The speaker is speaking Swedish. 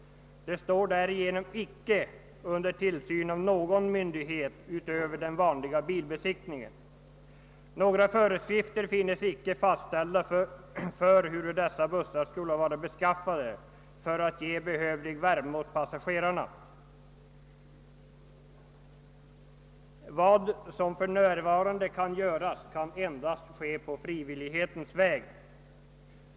De stå därigenom icke under tillsyn av någon myndighet utöver den vanliga bilbesiktningen. Några föreskrifter finns icke fastställda för huru dessa bussar skola vara beskaffade för att ge behövlig värme åt passagerarna. Vad som f.n. kan göras kan endast ske på frivillighetens väg.